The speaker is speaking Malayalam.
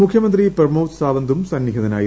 മുഖ്യമന്ത്രി പ്രമോദ് സാവന്തും സന്നിഹിതനായിരുന്നു